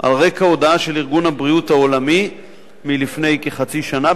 על רקע הודעה של ארגון הבריאות העולמי מלפני כחצי שנה,